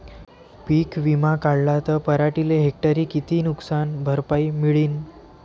पीक विमा काढला त पराटीले हेक्टरी किती नुकसान भरपाई मिळीनं?